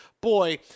boy